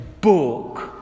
book